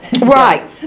Right